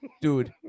Dude